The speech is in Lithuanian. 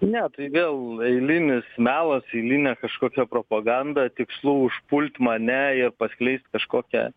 ne tai vėl eilinis melas eilinė kažkokia propaganda tikslu užpult mane ir paskleist kažkokią